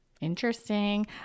Interesting